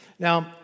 Now